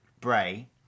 Bray